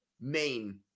main